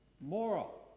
moral